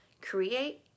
create